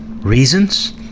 Reasons